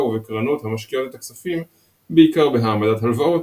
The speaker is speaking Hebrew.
ובקרנות המשקיעות את הכספים בעיקר בהעמדת הלוואות,